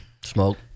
smoke